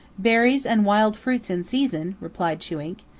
berries and wild fruits in season, replied chewink.